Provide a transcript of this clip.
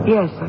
Yes